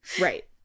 Right